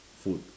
food